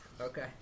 Okay